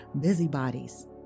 busybodies